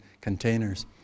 containers